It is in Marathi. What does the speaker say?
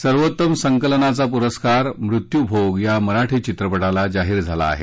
सर्वोत्तम संकलनाचा पुरस्कार मृत्यूभोग या मराठी चित्रपटाला जाहीर झाला आहे